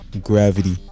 gravity